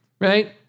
right